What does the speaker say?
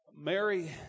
Mary